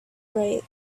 right